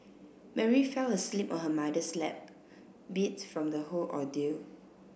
Mary fell asleep on her mother's lap beat from the whole ordeal